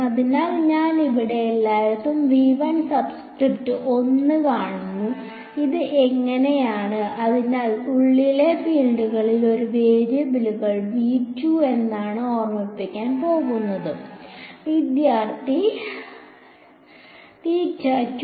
അതിനാൽ നിങ്ങൾ ഇവിടെ എല്ലായിടത്തും സബ്സ്ക്രിപ്റ്റ് 1 കാണുന്നു ഇത് അങ്ങനെയായിരുന്നു അതിനാൽ ഉള്ളിലെ ഫീൽഡുകൾക്ക് ഒരു വേരിയബിൾ എന്താണെന്ന് ഓർമ്മിക്കാൻ പോകുമ്പോൾ